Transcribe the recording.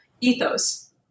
ethos